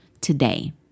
today